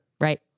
Right